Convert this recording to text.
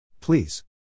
Please